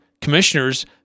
commissioners